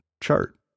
chart